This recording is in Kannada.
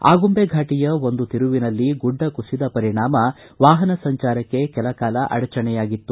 ಆಗುಂಬೆ ಫಾಟಿಯ ಒಂದು ತಿರುವಿನಲ್ಲಿ ಗುಡ್ಡ ಕುಸಿದ ಪರಿಣಾಮ ವಾಪನ ಸಂಜಾರಕ್ಕೆ ಕೆಲ ಕಾಲ ಅಡಚಣೆಯಾಗಿತ್ತು